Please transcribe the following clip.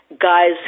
guys